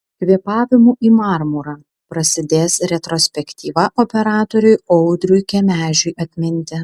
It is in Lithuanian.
kvėpavimu į marmurą prasidės retrospektyva operatoriui audriui kemežiui atminti